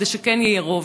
כדי שכן יהיה רוב.